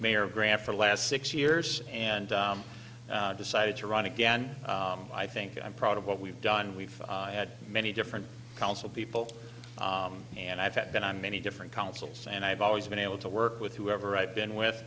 mayor grant for last six years and decided to run again i think i'm proud of what we've done we've had many different council people and i've been on many different councils and i've always been able to work with whoever i've been with